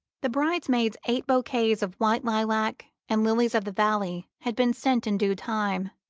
the bridesmaids' eight bouquets of white lilac and lilies-of-the-valley had been sent in due time,